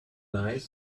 lies